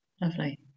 lovely